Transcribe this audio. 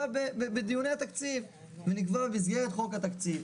בדיוני התקציב ונקבע במסגרת חוק התקציב.